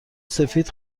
سفید